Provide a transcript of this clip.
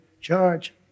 charge